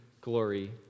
glory